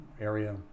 area